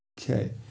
Okay